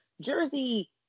jersey